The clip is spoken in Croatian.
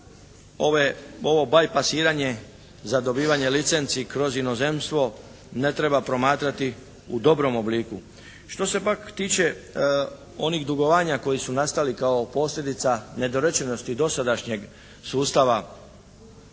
ovo "bajpasiranje" za dobivanje licenci kroz inozemstvo ne treba promatrati u dobrom obliku. Što se pak tiče onih dugovanja koji su nastali kao posljedica nedorečenosti dosadašnjeg sustava